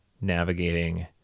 navigating